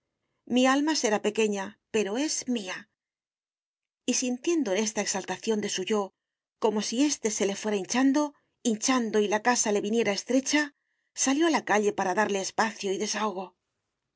mi alma será pequeña pero es mía y sintiendo en esta exaltación de su yo como si éste se le fuera hinchando hinchando y la casa le viniera estrecha salió a la calle para darle espacio y desahogo